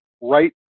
right